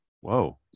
whoa